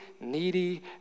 needy